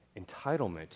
Entitlement